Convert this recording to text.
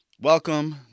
Welcome